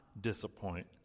disappoint